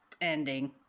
ending